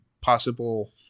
possible